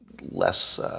less